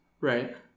Right